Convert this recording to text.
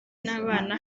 n’abana